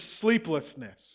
sleeplessness